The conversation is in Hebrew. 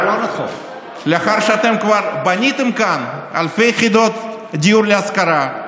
לאחר שאתם כבר בניתם כאן אלפי יחידות דיור להשכרה,